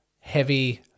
heavy